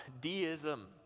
deism